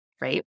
right